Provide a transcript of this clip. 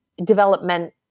development